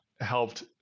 helped